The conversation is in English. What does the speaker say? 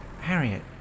Harriet